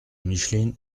micheline